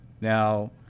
now